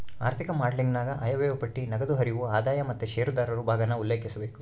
ಆಋಥಿಕ ಮಾಡೆಲಿಂಗನಾಗ ಆಯವ್ಯಯ ಪಟ್ಟಿ, ನಗದು ಹರಿವು, ಆದಾಯ ಮತ್ತೆ ಷೇರುದಾರರು ಭಾಗಾನ ಉಲ್ಲೇಖಿಸಬೇಕು